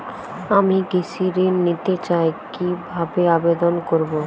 আমি কৃষি ঋণ নিতে চাই কি ভাবে আবেদন করব?